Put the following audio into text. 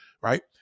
Right